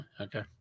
Okay